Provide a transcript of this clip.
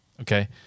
Okay